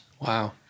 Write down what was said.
Wow